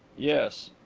yes.